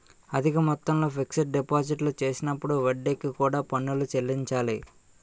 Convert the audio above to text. అధిక మొత్తంలో ఫిక్స్ డిపాజిట్లు చేసినప్పుడు వడ్డీకి కూడా పన్నులు చెల్లించాలి